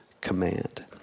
command